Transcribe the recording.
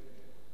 בהינף יד,